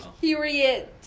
period